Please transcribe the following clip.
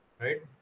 right